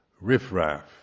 riffraff